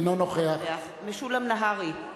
אינו נוכח משולם נהרי,